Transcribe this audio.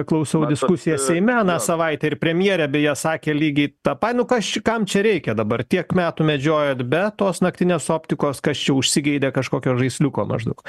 klausiau diskusiją seime aną savaitę ir premjerė beje sakė lygiai tą ai nu kas čia kam čia reikia dabar tiek metų medžiojot be tos naktinės optikos kas čia užsigeidė kažkokio žaisliuko maždaug